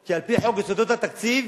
כי על-פי חוק יסודות התקציב